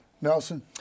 Nelson